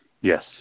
Yes